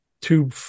two